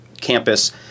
campus